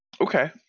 Okay